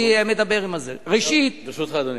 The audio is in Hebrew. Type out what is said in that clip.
אני מדבר עם, ברשותך, אדוני.